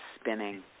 spinning